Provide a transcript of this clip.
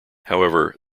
however